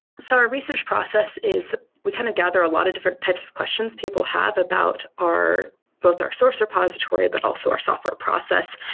so our research process is we kind of gather a lot of different types of questions people have about both our source repository, but also our software process.